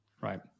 right